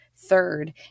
Third